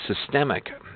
systemic